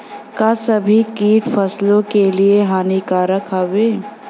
का सभी कीट फसलों के लिए हानिकारक हवें?